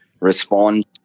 respond